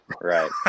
right